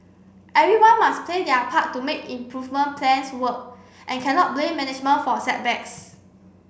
everyone must play their part to make improvement plans work and cannot blame management for setbacks